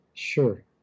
Sure